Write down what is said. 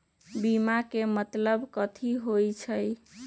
बीमा के मतलब कथी होई छई?